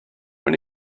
when